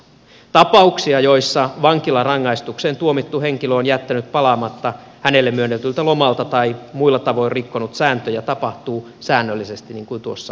tapauksia joissa vankilarangaistukseen tuomittu henkilö on jättänyt palaamatta hänelle myönnetyltä lomalta tai muilla tavoin rikkonut sääntöjä tapahtuu säännöllisesti niin kuin edellä totesin